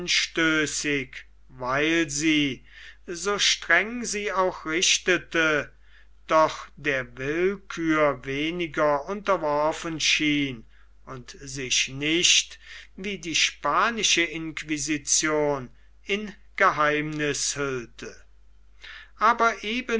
anstößig weil sie so streng sie auch richtete doch der willkür weniger unterworfen schien und sich nicht wie die spanische inquisition in geheimniß hüllte aber